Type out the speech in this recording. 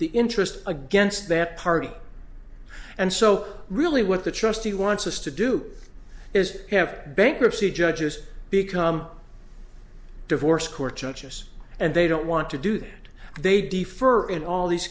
the interest against that party and so really what the trustee wants us to do is have bankruptcy judges become divorce court churches and they don't want to do that they defer in all these